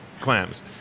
clams